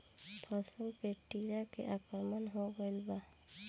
फसल पे टीडा के आक्रमण हो गइल बा?